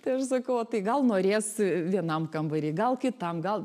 tai aš sakau o tai gal norės vienam kambary gal kitam gal